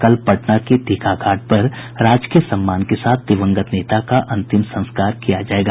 कल पटना के दीघा घाट पर राजकीय सम्मान के साथ दिवंगत नेता का अंतिम संस्कार किया जायेगा